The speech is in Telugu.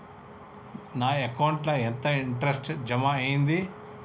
నా అకౌంట్ ల ఎంత ఇంట్రెస్ట్ జమ అయ్యింది?